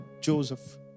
Joseph